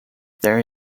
there